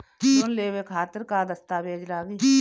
Loan लेवे खातिर का का दस्तावेज लागी?